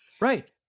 Right